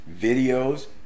videos